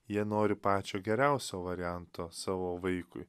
jie nori pačio geriausio varianto savo vaikui